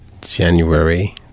January